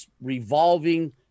revolving